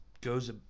goes